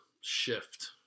shift